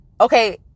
okay